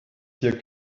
hier